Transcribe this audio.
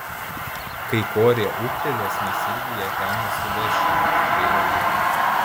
kai korė ūgtelės mes irgi ją ten nusivešime kalbėjo ji